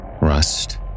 rust